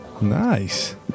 Nice